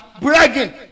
bragging